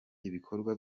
ibikorwa